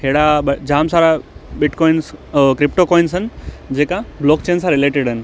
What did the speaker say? अहिड़ा ॿ जाम सारा बिट कॉइन्स क्रिप्टो कॉइन्स आहिनि जेका ब्लॉकचेन सां रेलेटिड आहिनि